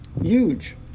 huge